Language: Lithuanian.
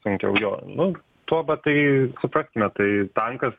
sunkiau jo nu tuo va tai supraskime tai tankas